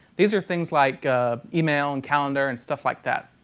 these are things like email, and calendar, and stuff like that.